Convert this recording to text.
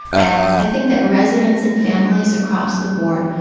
and i think that residents and families across the board,